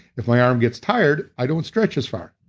if my arm gets tired, i don't stretch as far.